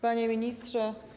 Panie Ministrze!